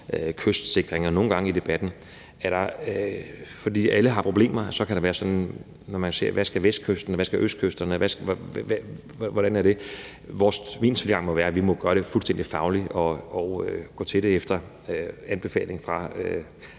kystsikring. Nogle gange kan der i debatten – fordi alle har problemer – være et spørgsmål om: Hvad skal Vestkysten, hvad skal østkysterne – hvordan er det med det? Min tilgang må være, at vi må gøre det fuldstændig fagligt og gå til det efter anbefaling fra